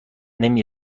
نمی